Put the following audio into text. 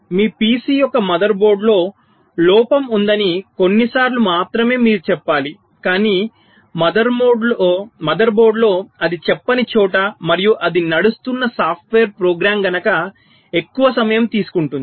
మీ PC యొక్క mother బోర్డ్లో లోపం ఉందని కొన్నిసార్లు మీరు మాత్రమే చెప్పాలి కాని మదర్ బోర్డ్లో అది చెప్పని చోట మరియు అది నడుస్తున్న సాఫ్ట్వేర్ ప్రోగ్రామ్ కనుక ఎక్కువ సమయం తీసుకుంటుంది